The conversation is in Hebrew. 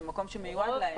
זה מקום שמיועד להם.